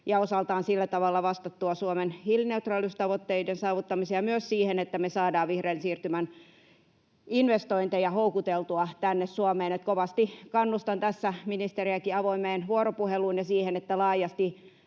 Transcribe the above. osaltaan sillä tavalla vastattua Suomen hiilineutraaliustavoitteiden saavuttamiseen ja myös siihen, että me saadaan vihreän siirtymän investointeja houkuteltua tänne Suomeen. Kovasti kannustan tässä ministeriäkin avoimeen vuoropuheluun ja siihen, että laajasti